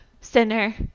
sinner